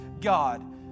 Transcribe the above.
God